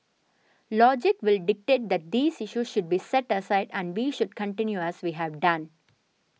logic will dictate that these issues should be set aside and we should continue as we have done